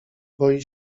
boi